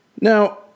Now